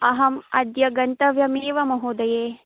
अहं अद्य गन्तव्यमेव महोदये